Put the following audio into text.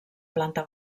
planta